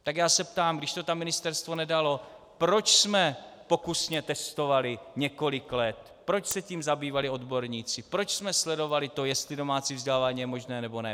Tak já se ptám: Když to tam Ministerstvo nedalo, proč jsme pokusně testovali několik let, proč se tím zabývali odborníci, proč jsme sledovali to, jestli domácí vzdělávání je možné, nebo ne?